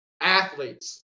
athletes